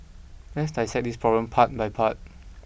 let's dissect this problem part by part